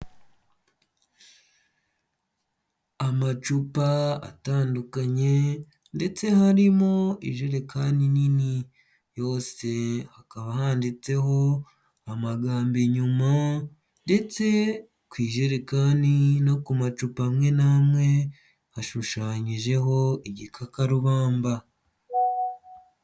Amacupa atandukanye ndetse harimo ijerekani nini, yose hakaba handitseho amagambo inyuma, ndetse ku ijerekani no ku macupa amwe n'amwe hashushanyijeho igikakarubamba.